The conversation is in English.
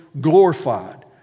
glorified